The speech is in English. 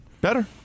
Better